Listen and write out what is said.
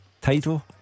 title